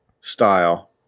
style